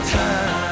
time